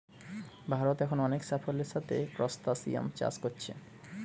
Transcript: ভারত এখন অনেক সাফল্যের সাথে ক্রস্টাসিআন চাষ কোরছে